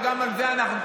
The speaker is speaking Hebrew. וגם על זה אנחנו,